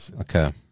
Okay